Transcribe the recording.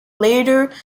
later